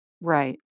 Right